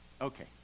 Okay